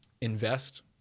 invest